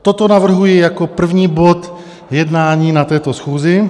Toto navrhuji jako první bod jednání na této schůzi.